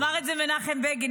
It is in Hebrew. אמר את זה מנחם בגין,